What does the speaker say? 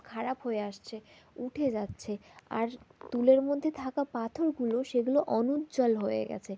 খারাপ হয়ে আসছে উঠে যাচ্ছে আর দুলের মধ্যে থাকা পাথরগুলো সেগুলো অনুজ্জ্বল হয়ে গেছে